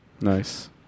Nice